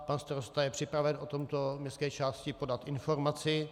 Pan starosta je připraven o tomto městské části podat informaci.